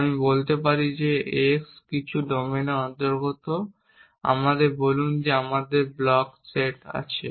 বা আমি বলতে পারি যে x কিছু ডোমেনের অন্তর্গত আমাদের বলুন যে আমার ব্লক সেট আছে